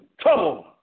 Trouble